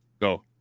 go